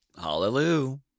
hallelujah